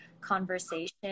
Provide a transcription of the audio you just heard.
conversation